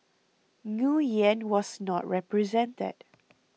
Nguyen was not represented